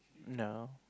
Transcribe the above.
you know